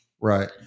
Right